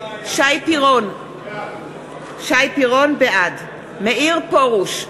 שי פירון, בעד מאיר פרוש,